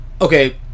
Okay